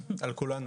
על כולנו.